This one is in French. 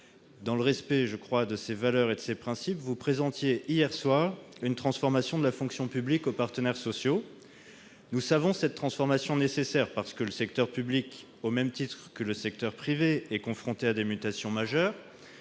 Dans le respect de ses valeurs et ses principes, me semble-t-il, vous présentiez hier soir une transformation de la fonction publique aux partenaires sociaux. Nous savons une telle transformation nécessaire, parce que le secteur public, au même titre que le secteur privé, est confronté à des mutations majeures